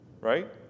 right